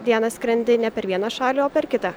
dieną skrendi ne per vieną šalį o per kitą